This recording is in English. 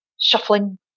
shuffling